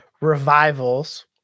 revivals